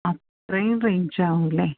ആ സെയിം റേയ്ഞ്ചാകും അല്ലേ